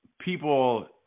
people